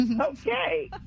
okay